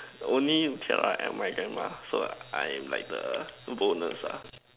only tiara and my grandma so I'm like the bonus ah